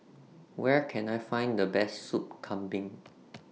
Where Can I Find The Best Soup Kambing